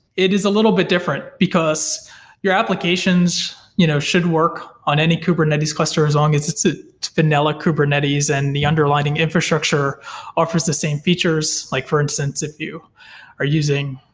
it is a little bit different, because your applications you know should work on any kubernetes cluster as long as it's a vanilla kubernetes and the underlining infrastructure offers the same features, like for instance if you are using,